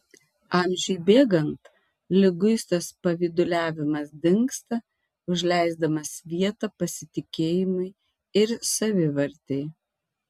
amžiui bėgant liguistas pavyduliavimas dingsta užleisdamas vietą pasitikėjimui ir savivartei